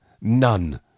none